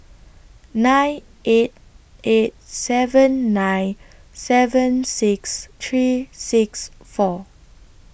nine eight eight seven nine seven six three six four